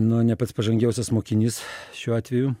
nu ne pats pažangiausias mokinys šiuo atveju